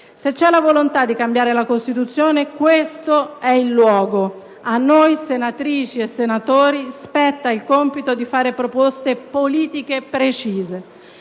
Se c'è la volontà di cambiare la Costituzione, questo è il luogo. A noi senatrici e senatori spetta il compito di fare proposte politiche precise,